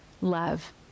Love